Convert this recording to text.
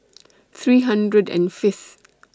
three hundred and Fifth